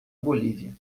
bolívia